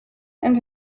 and